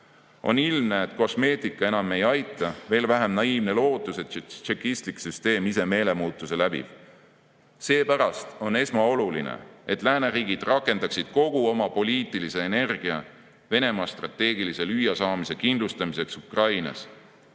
On ilmne, et kosmeetika enam ei aita, veel vähem naiivne lootus, et tšekistlik süsteem ise meelemuutuse läbib. Seepärast on esmaoluline, et lääneriigid rakendaksid kogu oma poliitilise energia Venemaa strateegilise lüüasaamise kindlustamiseks Ukrainas.